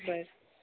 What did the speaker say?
बरं